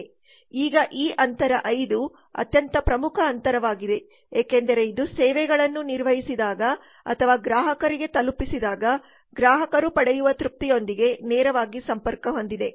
ಈಗ ಈ ಅಂತರ 5 ಅತ್ಯಂತ ಪ್ರಮುಖ ಅಂತರವಾಗಿದೆ ಏಕೆಂದರೆ ಇದು ಸೇವೆಗಳನ್ನು ನಿರ್ವಹಿಸಿದಾಗ ಅಥವಾ ಗ್ರಾಹಕರಿಗೆ ತಲುಪಿಸಿದಾಗ ಗ್ರಾಹಕರು ಪಡೆಯುವ ತೃಪ್ತಿಯೊಂದಿಗೆ ನೇರವಾಗಿ ಸಂಪರ್ಕ ಹೊಂದಿದೆ